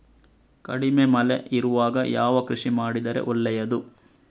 ಕಡಿಮೆ ಮಳೆ ಇರುವಾಗ ಯಾವ ಕೃಷಿ ಮಾಡಿದರೆ ಒಳ್ಳೆಯದು?